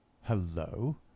Hello